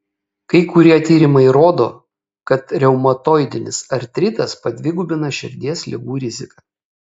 kai kurie tyrimai rodo kad reumatoidinis artritas padvigubina širdies ligų riziką